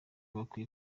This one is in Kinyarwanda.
bakwiye